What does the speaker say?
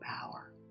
power